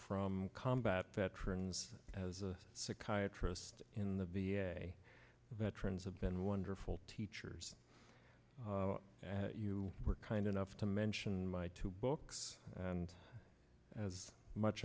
from combat veterans as a psychiatrist in the v a veterans have been wonderful teachers and you were kind enough to mention my two books and as much